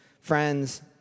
friends